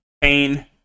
pain